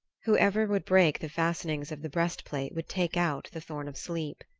whoever would break the fastenings of the breastplate would take out the thorn of sleep.